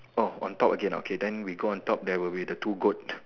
oh on top again ah okay then we go on top there will be the two goat